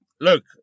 look